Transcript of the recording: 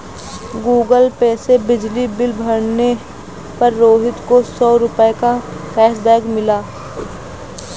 Google Pay से बिजली bill भरने पर रोहित को सौ रूपए का कैशबैक मिला